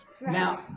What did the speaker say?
Now